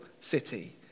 city